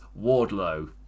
Wardlow